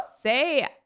say